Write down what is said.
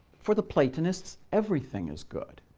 for the platonists, everything is good.